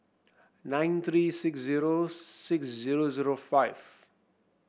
nine three six zero six zero zero five